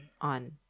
on